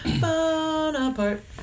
Bonaparte